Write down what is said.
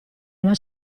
una